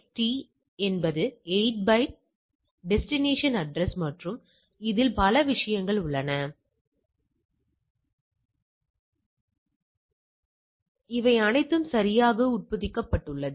D என்பது 8 byte destination address மற்றும் இதில் பல விஷயங்கள் உள்ளன இவை அனைத்தும் சரியாக உட்பொதிக்கப்பட்டுள்ளது